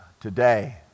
today